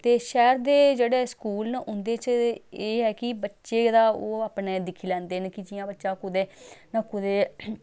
ते शैह्र दे जेह्ड़े स्कूल न उं'दे च एह् ऐ कि बच्चे दा ओह् अपने दिक्खी लैंदे न कि जियां बच्चा कुदै ना कुदै